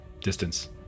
distance